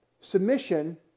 submission